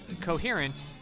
coherent